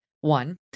one